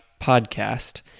podcast